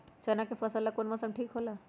चाना के फसल ला कौन मौसम ठीक होला?